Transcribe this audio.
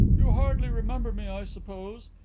you hardly remember me, i suppose?